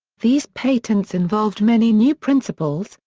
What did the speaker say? these patents involved many new principles,